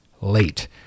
late